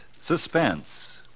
Suspense